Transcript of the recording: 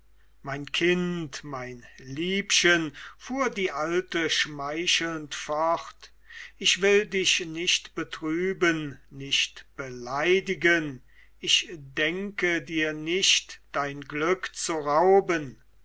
mein kind mein liebchen fuhr die alte schmeichelnd fort ich will dich nicht betrüben nicht beleidigen ich denke dir nicht dein glück zu rauben